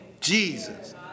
Jesus